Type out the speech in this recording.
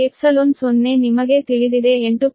ಆದ್ದರಿಂದ ϵ0ನಿಮಗೆ ತಿಳಿದಿದೆ 8